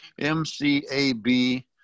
mcab